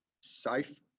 safe